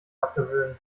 abgewöhnen